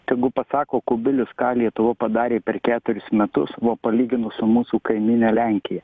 tegu pasako kubilius ką lietuva padarė per keturis metus nu palyginus su mūsų kaimyne lenkija